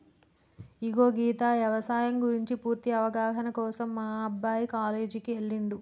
ఇగో సీత యవసాయం గురించి పూర్తి అవగాహన కోసం మా అబ్బాయి కాలేజీకి ఎల్లిండు